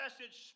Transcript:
message